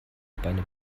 beine